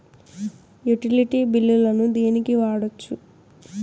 Utility బిల్లులను దేనికి వాడొచ్చు?